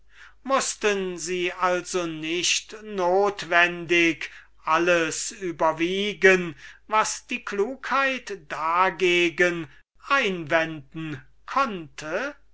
mußten also notwendig alles überwägen was die klugheit dagegen einwenden konnte